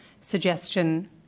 suggestion